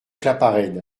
claparède